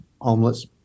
homeless